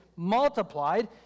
multiplied